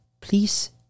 please